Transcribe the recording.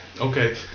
okay